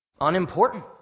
unimportant